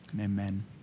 Amen